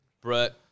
Brett